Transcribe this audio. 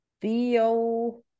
Theo